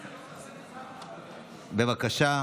בבקשה.